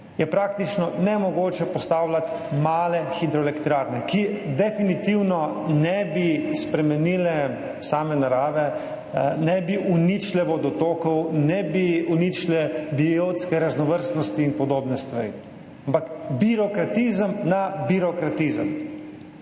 praktično nemogoče postavljati male hidroelektrarne, ki definitivno ne bi spremenile same narave, ne bi uničile vodotokov, ne bi uničile biotske raznovrstnosti in podobne stvari, ampak birokratizem na birokratizem.